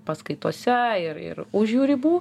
paskaitose ir ir už jų ribų